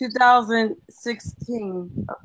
2016